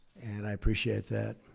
and i appreciate that.